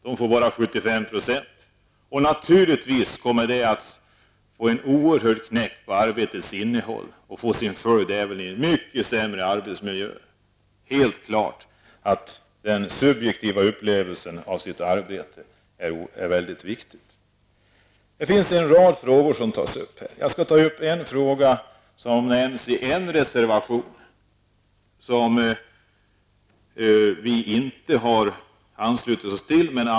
De får bara 75 % i ersättning. Naturligtvis kommer detta att inverka på arbetets innehåll och medföra en sämre arbetsmiljö. Den subjektiva upplevelsen av ett arbete är väldigt viktig. En rad frågor tas upp i betänkandet. Jag skall ta upp en fråga som nämns i den reservation, som vi denna gång inte har anslutit oss till.